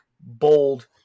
bold